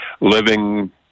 living